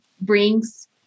brings